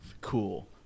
Cool